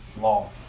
law